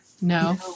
No